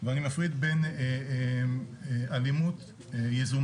ואני מפריד בין אלימות יזומה.